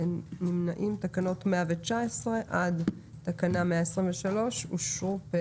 הצבעה אושר אין מתנגדים ואין נמנעים.